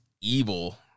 Evil